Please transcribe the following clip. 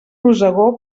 rosegó